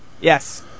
Yes